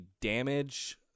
damage